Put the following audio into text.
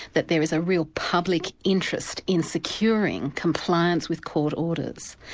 that there is a real public interest in securing compliance with court orders.